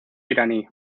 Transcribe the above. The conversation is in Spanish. iraní